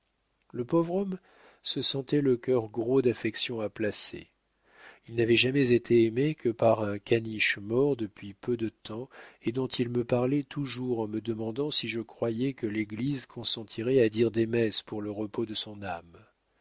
le pauvre homme se sentait le cœur gros d'affections à placer il n'avait jamais été aimé que par un caniche mort depuis peu de temps et dont il me parlait toujours en me demandant si je croyais que l'église consentirait à dire des messes pour le repos de son âme